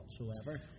whatsoever